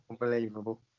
unbelievable